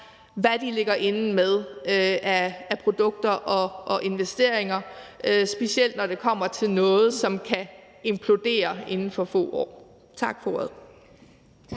hvad de ligger inde med af produkter og investeringer, specielt når det kommer til noget, som kan implodere inden for få år. Tak for ordet.